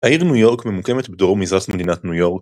העיר ניו יורק ממוקמת בדרום-מזרח מדינת ניו יורק,